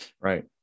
Right